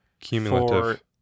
Cumulative